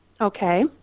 okay